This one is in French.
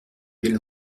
belle